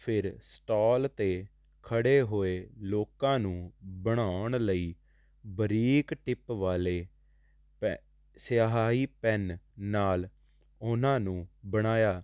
ਫਿਰ ਸਟੋਲ 'ਤੇ ਖੜ੍ਹੇ ਹੋਏ ਲੋਕਾਂ ਨੂੰ ਬਣਾਉਣ ਲਈ ਬਰੀਕ ਟਿੱਪ ਵਾਲੇ ਪੈ ਸਿਆਹੀ ਪੈਨ ਨਾਲ ਉਹਨਾਂ ਨੂੰ ਬਣਾਇਆ